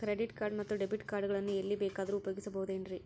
Credit card ಮತ್ತು debit card ಗಳನ್ನು ಎಲ್ಲಿ ಬೇಕಾದ್ರು ಉಪಯೋಗಿಸಬಹುದೇನ್ರಿ?